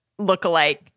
lookalike